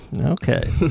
Okay